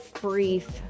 brief